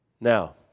Now